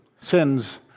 Sins